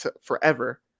forever